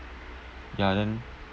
ya then